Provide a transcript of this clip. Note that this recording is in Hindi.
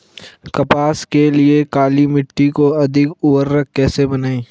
कपास के लिए काली मिट्टी को अधिक उर्वरक कैसे बनायें?